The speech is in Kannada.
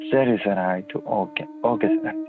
ಸರಿ ಸರ್ ಆಯಿತು ಓಕೆ ಓಕೆ ಸರ್ ಆಯ್ತು